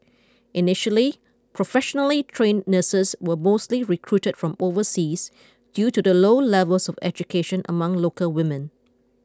initially professionally trained nurses were mostly recruited from overseas due to the low levels of education among local women